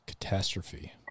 catastrophe